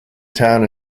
town